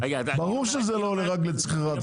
ברור שזה לא הולך רק לצריכה עצמית.